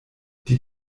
die